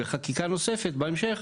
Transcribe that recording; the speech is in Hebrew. בחקיקה נוספת בהמשך,